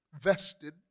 vested